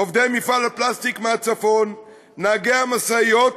עובדי מפעל הפלסטיק מהצפון, נהגי המשאיות,